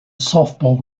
softball